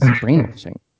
Brainwashing